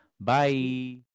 bye